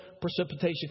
precipitation